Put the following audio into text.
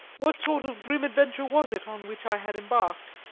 what sort of grim adventure was it on which i had embarked?